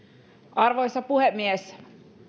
arvoisa puhemies